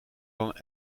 dan